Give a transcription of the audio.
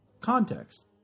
context